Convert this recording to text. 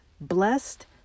blessed